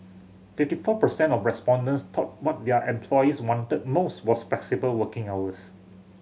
fifty four percent of respondents thought what their employees wanted most was flexible working hours